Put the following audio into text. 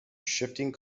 shifting